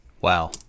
Wow